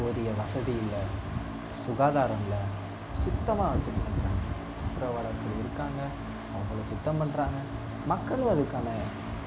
போதிய வசதி இல்லை சுகாதாரம் இல்லை சுத்தமாக வச்சுக்க மாட்றாங்க துப்புரவாளர் இருக்காங்க அவங்களும் சுத்தம் பண்றாங்க மக்களும் அதுக்கான